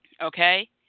okay